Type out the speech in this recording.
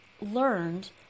learned